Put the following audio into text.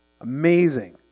Amazing